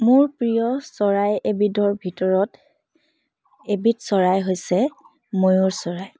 মোৰ প্ৰিয় চৰাই এবিধৰ ভিতৰত এবিধ চৰাই হৈছে ময়ুৰ চৰাই